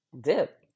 dip